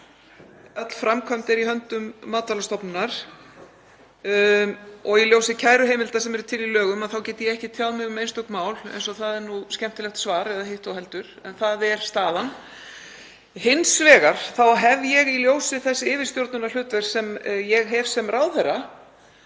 öll framkvæmd er í höndum Matvælastofnunar og í ljósi kæruheimilda sem eru til í lögum þá get ég ekki tjáð mig um einstök mál, eins og það er nú skemmtilegt svar eða hitt þó heldur. En það er staðan. Hins vegar hef ég, í ljósi þess yfirstjórnunarhlutverks sem ég hef sem ráðherra,